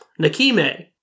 Nakime